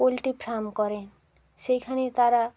poultry farm করে সেইখানে তারা